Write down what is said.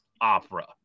opera